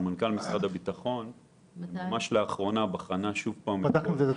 סמנכ"ל משרד הביטחון שבחנה לאחרונה --- הדברים